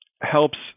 helps